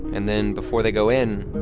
and then before they go in,